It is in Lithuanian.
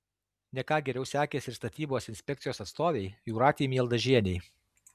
ne ką geriau sekėsi ir statybos inspekcijos atstovei jūratei mieldažienei